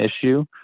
issue